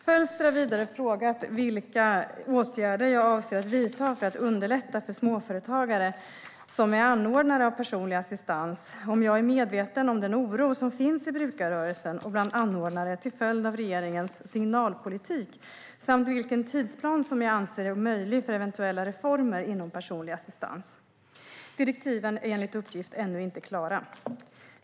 Fölster har vidare frågat vilka åtgärder jag avser att vidta för att underlätta för småföretagare som är anordnare av personlig assistans, om jag är medveten om den oro som finns i brukarrörelsen och bland anordnare till följd av regeringens signalpolitik samt vilken tidsplan jag anser är möjlig för eventuella reformer inom personlig assistans. Direktiven är enligt uppgift ännu inte klara.